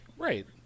Right